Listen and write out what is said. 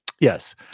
yes